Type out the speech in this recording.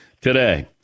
today